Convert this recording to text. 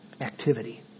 activity